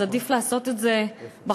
אז עדיף לעשות את זה בחושך.